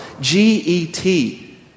G-E-T